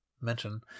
mention